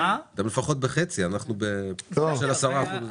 אנחנו בפער של פי עשר.